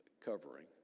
covering